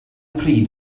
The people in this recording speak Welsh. pryd